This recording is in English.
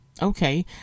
Okay